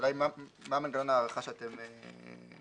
השאלה היא מה מנגנון ההארכה שאתם מציעים.